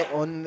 on